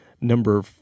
number